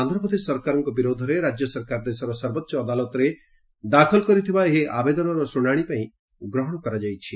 ଆ ସରକାରଙ୍କ ବିରୋଧରେ ରାକ୍ୟ ସରକାର ଦେଶର ସର୍ବୋଚ ଅଦାଲତରେ ଦାଖଲ କରିଥିବା ଏହି ଆବେଦନ ଶୁଶାଣି ପାଇଁ ଗ୍ରହଶ କରାଯାଇଛି